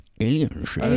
aliens